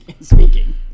speaking